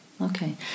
okay